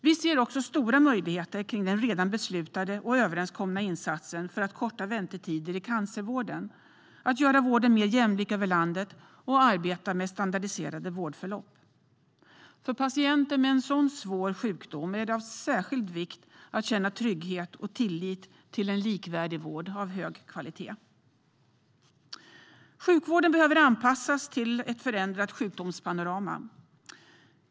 Vi ser också stora möjligheter kring den redan beslutade och överenskomna insatsen för att korta väntetider i cancervården, att göra vården mer jämlik över landet och att arbeta med standardiserade vårdförlopp. För patienter med en så svår sjukdom är det av särskild vikt att känna trygghet och tillit till en likvärdig vård av hög kvalitet. Sjukvården behöver anpassas till ett förändrat sjukdomspanorama.